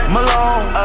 Malone